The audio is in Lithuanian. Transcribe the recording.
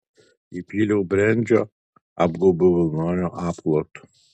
įpyliau brendžio apgaubiau vilnoniu apklotu